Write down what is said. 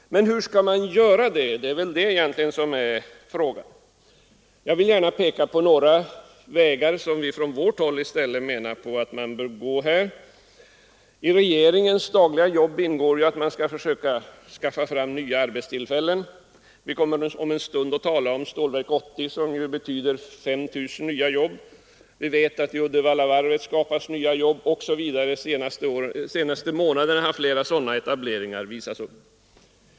Men frågan är hur det skall ske. Jag vill gärna peka på några vägar som vi på vårt håll anser att man bör gå. I regeringens dagliga jobb ingår att försöka skaffa fram nya arbetstillfällen. Vi kommer om en stund att tala om Stålverk 80 som kommer att ge 5 000 nya jobb, vid Uddevallavarvet skapas nya jobb osv. — under de senaste månaderna har flera sådana etableringar skett.